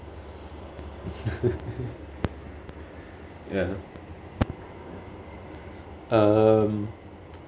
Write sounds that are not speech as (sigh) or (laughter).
(laughs) ya uh